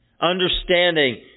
Understanding